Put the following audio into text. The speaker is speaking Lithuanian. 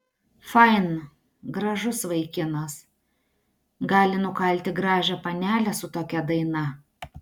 fain gražus vaikinas gali nukalti gražią panelę su tokia daina